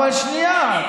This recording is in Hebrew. אבל שנייה,